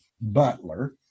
Butler